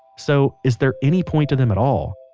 so is there any point to them at all?